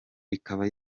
ikaba